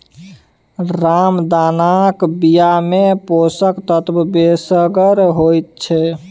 रामदानाक बियामे पोषक तत्व बेसगर होइत छै